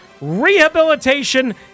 Rehabilitation